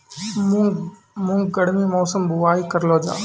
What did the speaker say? मूंग गर्मी मौसम बुवाई करलो जा?